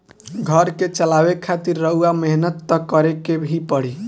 घर के चलावे खातिर रउआ मेहनत त करें के ही पड़ी